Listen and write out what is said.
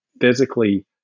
physically